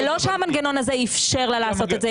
זה לא שהמנגנון הזה אִפשר לה לעשות את זה,